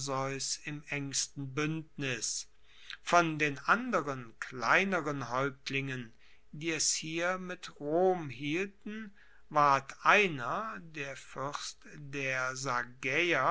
im engsten buendnis von den anderen kleineren haeuptlingen die es hier mit rom hielten ward einer der fuerst der